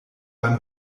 beim